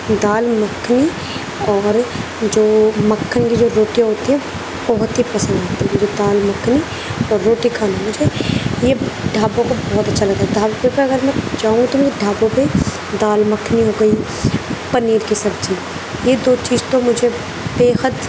دال مکھنی اور جو مکھن کی جو روٹیاں ہوتی ہیں بہت ہی پسند ہیں مجھے دال مکھنی اور روٹی کھانا مجھے یہ ڈھابوں کا بہت اچھا لگتا ہے ڈھابے پہ اگر میں جاؤں تو ڈھابے پہ دال مکھنی ہو گئی پنیر کی سبزی یہ دو چیز تو مجھے بےحد